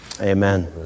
amen